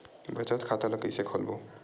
बचत खता ल कइसे खोलबों?